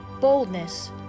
boldness